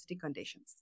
conditions